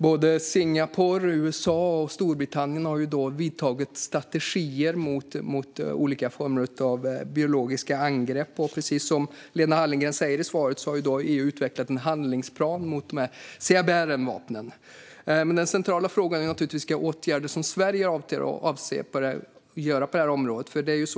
gjort det. Singapore, USA och Storbritannien har antagit strategier mot olika former av biologiska angrepp. Precis som Lena Hallengren säger i svaret har EU utvecklat en handlingsplan mot CBRN-vapnen. Men den centrala frågan är naturligtvis vilka åtgärder som Sverige avser att vidta på det här området.